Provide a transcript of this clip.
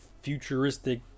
futuristic